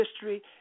history